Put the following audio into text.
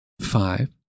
five